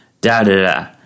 Da-da-da